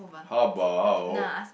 how about